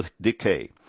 decay